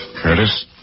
Curtis